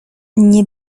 nie